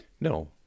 no